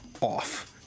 off